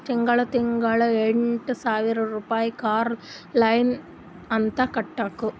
ತಿಂಗಳಾ ತಿಂಗಳಾ ಎಂಟ ಸಾವಿರ್ ರುಪಾಯಿ ಕಾರ್ ಲೋನ್ ಅಂತ್ ಕಟ್ಬೇಕ್